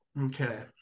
Okay